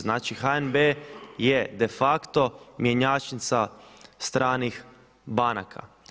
Znači HNB je de facto mjenjačnica stranih banaka.